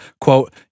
quote